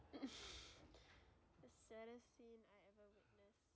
the saddest scene I ever witnessed